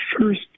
first